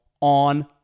on